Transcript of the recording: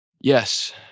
Yes